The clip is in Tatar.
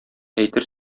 әйтер